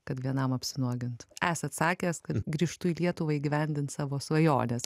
kad vienam apsinuogint esat sakęs kad grįžtu lietuvą įgyvendint savo svajonės